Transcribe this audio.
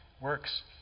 works